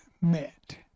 met